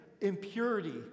impurity